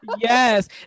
Yes